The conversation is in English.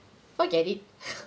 forget it